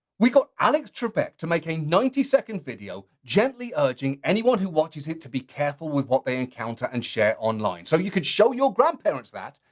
we got alex trebek to make a ninety second video gently urging anyone who watches him to be careful with what they encounter and share online. so you could show your grandparents that,